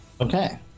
Okay